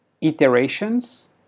iterations